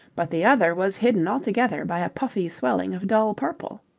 but the other was hidden altogether by a puffy swelling of dull purple.